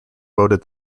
voted